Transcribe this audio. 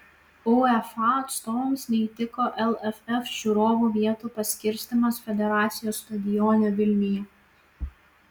uefa atstovams neįtiko lff žiūrovų vietų paskirstymas federacijos stadione vilniuje